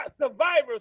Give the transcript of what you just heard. survivors